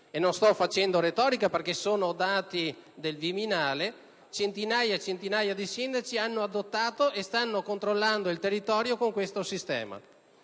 Non sto facendo retorica perché sono dati del Viminale: centinaia e centinaia di sindaci hanno adottato e stanno controllando il territorio con questo sistema.